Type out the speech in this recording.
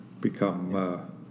become